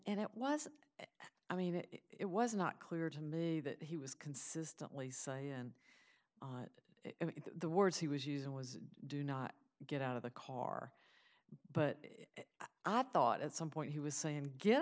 that was i mean it was not clear to me that he was consistently say in the words he was using was do not get out of the car but i thought at some point he was saying get